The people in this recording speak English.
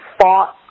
fought